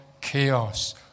chaos